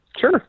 Sure